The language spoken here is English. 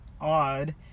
odd